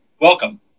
welcome